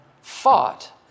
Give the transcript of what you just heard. fought